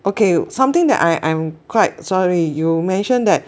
okay something that I I'm quite sorry you mention that